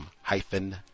hyphen